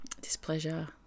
displeasure